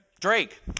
Drake